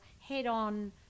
head-on